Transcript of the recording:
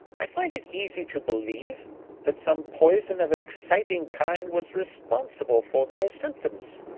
i find it easy to believe that some poison of an exciting kind was responsible for their symptoms.